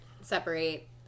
separate